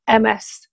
MS